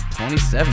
27